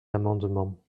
amendement